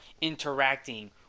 interacting